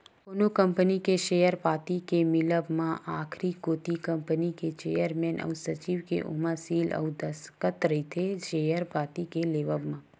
कोनो कंपनी के सेयर पाती के मिलब म आखरी कोती कंपनी के चेयरमेन अउ सचिव के ओमा सील अउ दस्कत रहिथे सेयर पाती के लेवब म